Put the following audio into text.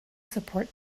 support